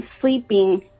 sleeping